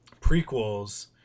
prequels